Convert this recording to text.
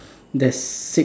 there's six